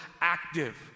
active